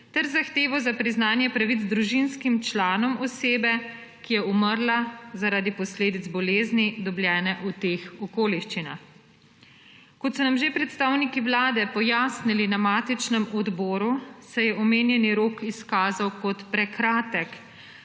ter zahtevo za priznanje pravic družinskim članom osebe, ki je umrla zaradi posledic bolezni, dobljene v teh okoliščinah. Kot so nam že predstavniki Vlade pojasnili na matičnem odboru, se je omenjeni rok izkazal za prekratek,